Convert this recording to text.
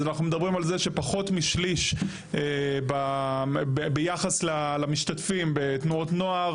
אז אנחנו מדברים על זה שפחות משליש ביחס למשתתפים בתנועות נוער,